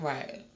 Right